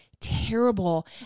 terrible